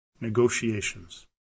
negotiations